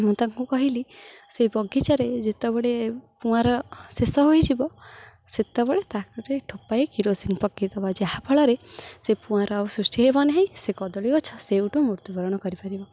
ମୁଁ ତାଙ୍କୁ କହିଲି ସେଇ ବଗିଚାରେ ଯେତେବେଳେ ପୁଆ ଶେଷ ହୋଇଯିବ ସେତେବେଳେ ତାକୁ ଟିକେ ଠୋପାଏ କିରୋସିନୀ ପକେଇଦେବ ଯାହାଫଳରେ ସେ ପୁଆ ଆଉ ସୃଷ୍ଟି ହେବ ନାହିଁ ସେ କଦଳୀ ଗଛ ସେଇଠୁ ମୃତ୍ୟୁବରଣ କରିପାରିବ